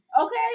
Okay